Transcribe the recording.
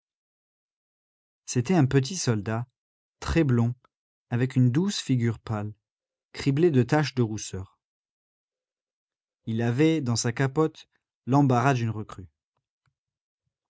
c'était un petit soldat très blond avec une douce figure pâle criblée de taches de rousseur il avait dans sa capote l'embarras d'une recrue